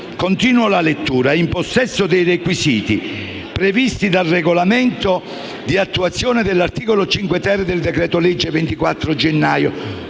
Continuo la lettura: